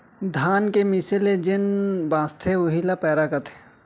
धान के मीसे ले जेन बॉंचथे उही ल पैरा कथें